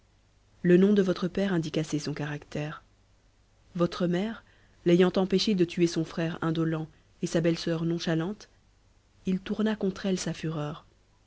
le nom de votre père indique assez son caractère votre mère l'ayant empêché de tuer son frère indolent et sa belle-soeur nonchalante il tourna contre elle sa fureur